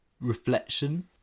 reflection